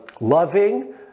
loving